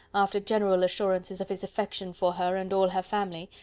after general assurances of his affection for her and all her family,